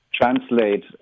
Translate